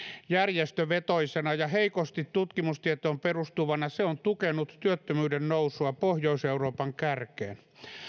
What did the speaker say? järjestövetoisena ja heikosti tutkimustietoon perustuvana se on tukenut työttömyyden nousua pohjois euroopan kärkeen